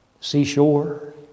Seashore